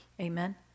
Amen